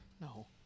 No